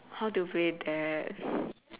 how to play that